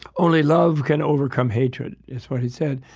only love can overcome hatred is what he said.